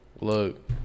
Look